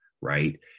right